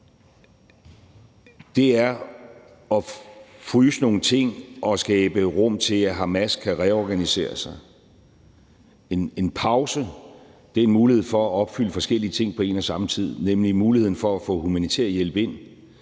er at fryse nogle ting og skabe rum til, at Hamas kan reorganisere sig, og en pause er en mulighed for at opfylde forskellige ting på en og samme tid, nemlig muligheden for at få humanitær hjælp ind